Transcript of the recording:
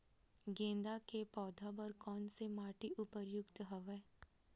गेंदा के पौधा बर कोन से माटी उपयुक्त हवय?